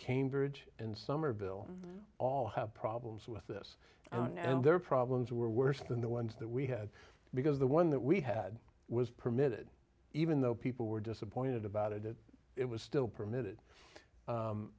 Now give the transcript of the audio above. cambridge in somerville all have problems with this and their problems were worse than the ones that we had because the one that we had was permitted even though people were disappointed about it it was still permitted